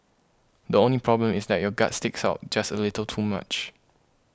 the only problem is that your gut sticks out just a little too much